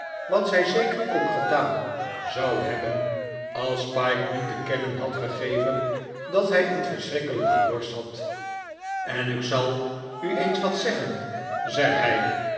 wat zij zeker ook gedaan zou hebben als pyke niet te kennen had gegeven dat hij een verschrikkelijken dorst had en ik zal u eens wat zeggen zei hij